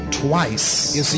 twice